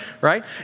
right